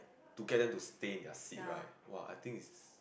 ya